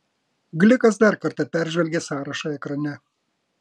glikas dar kartą peržvelgė sąrašą ekrane